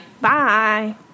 Bye